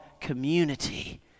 community